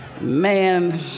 man